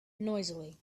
noisily